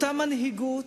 אותה מנהיגות